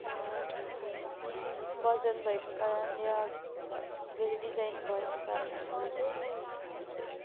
ओजन भएको कारणले आ क भेरी डिजाइन भएको कारणहरूले चाहिँ त्यो